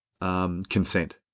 consent